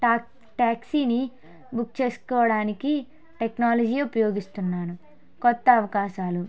టా ట్యాక్సీని బుక్ చేసుకోవడానికి టెక్నాలజీ ఉపయోగిస్తున్నాను కొత్త అవకాశాలు